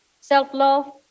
self-love